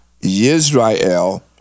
Israel